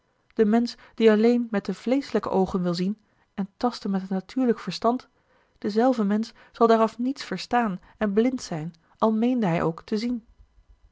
de mensch die alleen met de vleeschelijke oogen wil zien en tasten met het natuurlijk verstand dezelve mensch zal daaraf niets verstaan en blind zijn al meende hij ook te zien